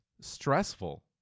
stressful